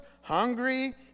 hungry